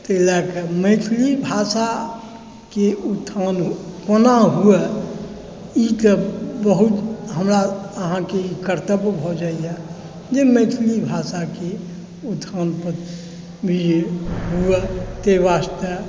ताहि लऽ कऽ मैथिली भाषाके उत्थान कोना हुए एहिके बहुत हमरा अहाँके कर्तव्य भऽ जाइए जे मैथिली भाषाके उत्थान हुए ताहि वास्ते